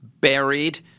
buried